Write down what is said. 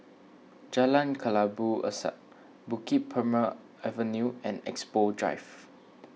Jalan Kelabu Asap Bukit Purmei Avenue and Expo Drive